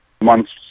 months